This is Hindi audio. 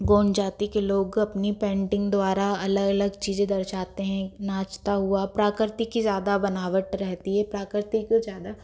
गौड़ जाति के लोग अपनी पेंटिंग द्वारा अलग अलग चीज़ें दर्शाते हैं एक नाचता हुआ प्राकृतिक की ज़्यादा बनावट रहती है प्राकृतिक को ज़्यादा